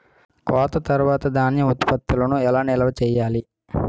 కోత తర్వాత ధాన్యం ఉత్పత్తులను ఎలా నిల్వ చేయాలి?